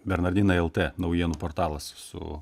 bernardinai lt naujienų portalas su